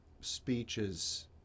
speeches